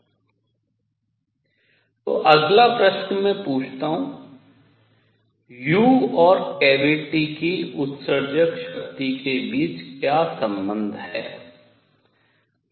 तो अगला प्रश्न मैं पूछता हूँ u और कैविटी की उत्सर्जक शक्ति के बीच क्या संबंध है